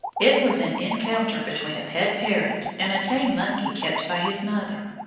it was an encounter between a pet parrot and a tame monkey kept by his mother.